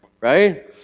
Right